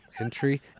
Entry